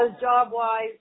job-wise